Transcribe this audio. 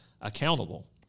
accountable